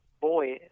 boy